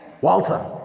Walter